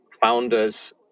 founders